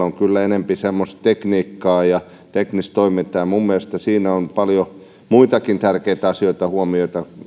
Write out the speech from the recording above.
on kyllä enempi semmoista tekniikkaa ja teknistä toimintaa ja minun mielestäni siinä on paljon muitakin tärkeitä asioita